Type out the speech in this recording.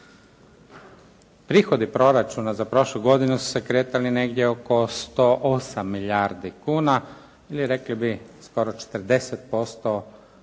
Prihodi proračuna za prošlu godinu su se kretali negdje oko 108 milijardi kuna ili rekli bi skoro 40% tog